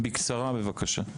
בבקשה.